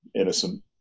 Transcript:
innocent